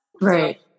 Right